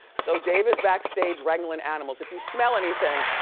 so dave is backstage wrangling animals. if you smell anything,